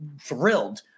thrilled